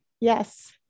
Yes